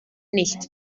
nicht